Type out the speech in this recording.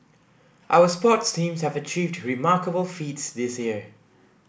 our sports teams have achieved remarkable feats this year